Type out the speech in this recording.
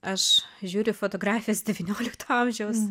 aš žiūriu fotografijas devyniolikto amžiaus